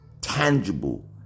tangible